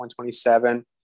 127